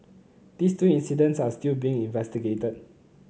these two incidents are still being investigated